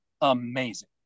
amazing